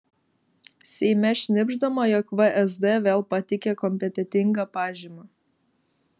seime šnibždama jog vsd vėl pateikė kompetentingą pažymą